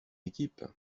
équipe